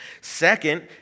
Second